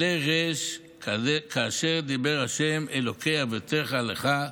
עלה רֵשׁ כאשר דבר ה' אלהי אבתיך לך,